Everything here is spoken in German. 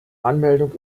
anmeldung